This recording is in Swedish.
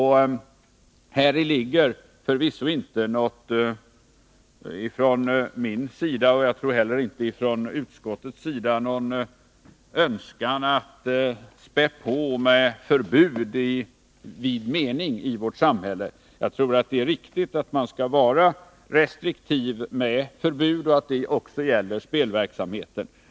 Häri ligger förvisso inte från min sida, och jag tror inte heller från utskottets sida, någon önskan att spä på med förbud i vårt samhälle. Jag tror att det är riktigt att man är restriktiv med förbud och att det också gäller spelverksamheten.